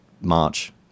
March